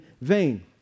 vain